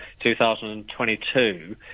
2022